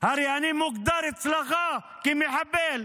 הרי אני מוגדר אצלך כמחבל.